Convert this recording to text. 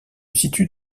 situent